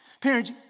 parents